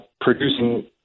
producing